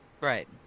Right